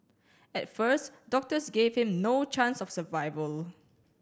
at first doctors gave him no chance of survival